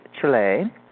Chile